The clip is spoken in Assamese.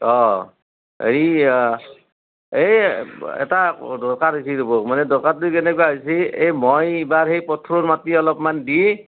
অ হেৰি এই এটা দৰকাৰ হৈছি ৰবক মানে দৰকাৰটো কেনেকুৱা হৈছি এ মই এইবাৰ সেই পথৰৰ মাটি অলপমান দি